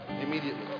immediately